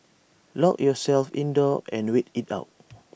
lock yourselves indoors and wait IT out